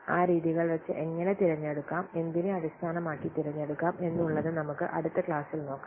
ആ രീതികൾ വെച്ച് എങ്ങനെ തിരഞ്ഞെടുക്കാം എന്തിനെ അടിസ്ഥാനമാക്കി തിരഞ്ഞെടുക്കാം എന്നുള്ളത് നമുക്ക് അടുത്ത ക്ലാസ്സിൽ നോക്കാം